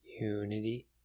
Unity